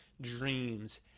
dreams